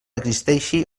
existeixi